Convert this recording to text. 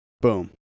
Boom